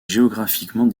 géographiquement